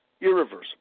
Irreversible